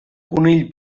conill